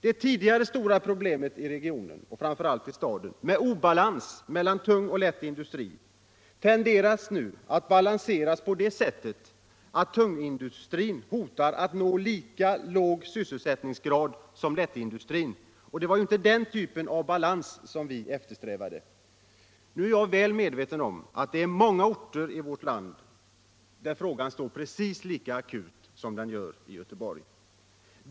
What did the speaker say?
Det tidigare stora problemet i regionen — framför allt i staden — med obalans mellan tung och lätt industri tenderar nu att balanseras på det sättet att den tunga industrin hotar att nå lika låg sysselsättningsgrad som den lätta industrin. Det var inte den typen av balans vi eftersträvade. Nu är jag väl medveten om att det är många orter i vårt land där frågan är precis lika akut som i Göteborg.